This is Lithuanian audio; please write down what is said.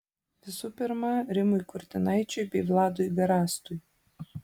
visų pirma rimui kurtinaičiui bei vladui garastui